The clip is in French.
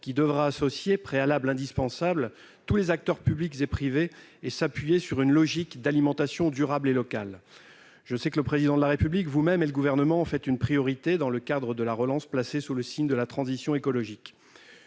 qui devra associer- c'est un préalable indispensable -tous les acteurs publics et privés et s'appuyer sur une logique d'alimentation durable et locale. Je sais que le Président de la République, le Gouvernement et vous-même, monsieur le ministre, en faites une priorité dans le cadre de la relance, placée sous le signe de la transition écologique.